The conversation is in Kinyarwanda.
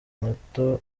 mato